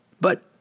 But